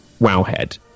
Wowhead